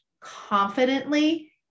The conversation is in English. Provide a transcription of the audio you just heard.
confidently